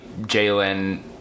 Jalen